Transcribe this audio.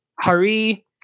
Hari